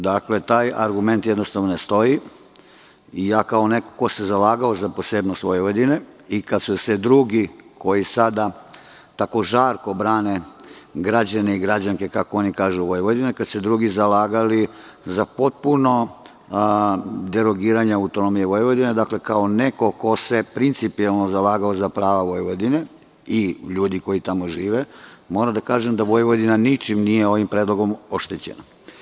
Dakle, taj argument jednostavno ne stoji i ja kao neko ko se zalagao za posebnost Vojvodine i kada su se drugi, koji sada tako žarko brane građane i građanke, kako oni kažu Vojvodine, kad su se drugi zalagali za potpuno derogiranje autonomije Vojvodine, dakle, kao neko ko se principijelno zalagao za prava Vojvodine i ljudi koji tamo žive, moram da kažem da Vojvodina ničim nije ovim predlogom oštećena.